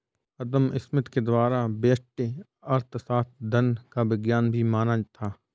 अदम Smith के द्वारा व्यष्टि अर्थशास्त्र धन का विज्ञान भी माना था